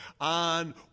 on